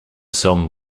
song